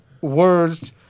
words